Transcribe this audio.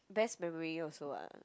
best memory also [what]